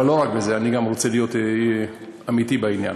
אבל לא רק בזה, אני גם רוצה להיות אמיתי בעניין.